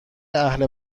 اهل